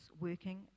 working